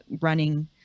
running